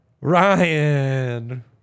Ryan